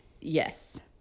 Yes